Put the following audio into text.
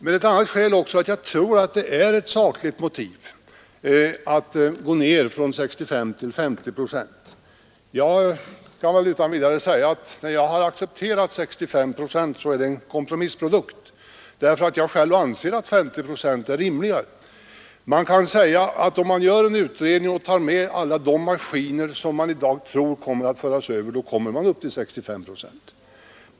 Ett annat skäl är att jag tror att det finns sakliga grunder att gå ned från 65 till 50 procent. Jag kan utan vidare säga att det var en kompromiss när jag accepterade 65 procent. Jag anser själv att 50 procent är rimligare. Om man gör en utredning och tar med alla de maskiner som man i dag tror kommer att föras över, så kommer man upp till 65 procent.